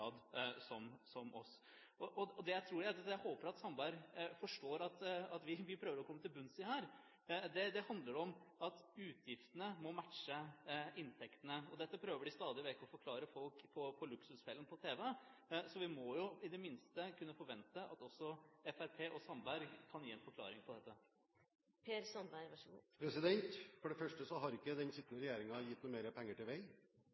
som oss. Det jeg håper Sandberg forstår at vi prøver å komme til bunns i her, handler om at utgiftene må matche inntektene. Dette prøver de stadig vekk å forklare folk på Luksusfellen på TV, så vi må i det minste kunne forvente at også Fremskrittspartiet og Sandberg kan gi en forklaring på dette. For det første har ikke den sittende regjeringen gitt noe mer penger til vei.